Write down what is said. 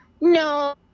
no